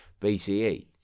BCE